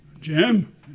Jim